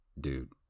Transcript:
dude